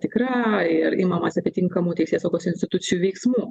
tikra ir imamasi atitinkamų teisėsaugos institucijų veiksmų